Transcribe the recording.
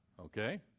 Okay